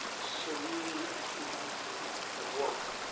serene ecumenicism at work,